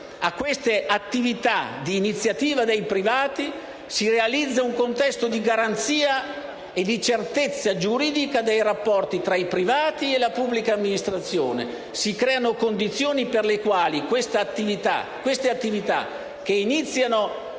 a queste attività di iniziativa dei privati, si realizza un contesto di garanzia e di certezza giuridica dei rapporti tra i privati e la pubblica amministrazione. Si creano condizioni per le quali queste attività, che iniziano